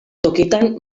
tokitan